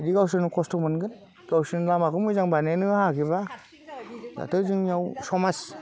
बिदि गावसोरनो खस्थ' मोनगोन गावसोरनो लामाखौ मोजां बानायनो होआखैब्ला दाथ' जोंनियाव समाज